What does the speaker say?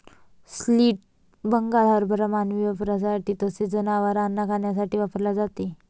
split Bengal हरभरा मानवी वापरासाठी तसेच जनावरांना खाण्यासाठी वापरला जातो